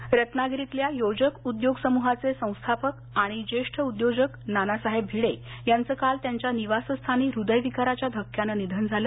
निधन रत्नागिरीतल्या योजक उद्योग समूहाचे संस्थापक आणि ज्येष्ठ उद्योजक नानासाहेब भिडे यांचं काल त्यांच्या निवासस्थानी हृदयविकाराच्या धक्क्यानं निधन झालं